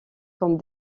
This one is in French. comme